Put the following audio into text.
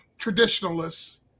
traditionalists